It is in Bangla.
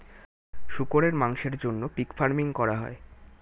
শুকরের মাংসের জন্য পিগ ফার্মিং করা হয়